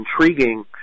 intriguing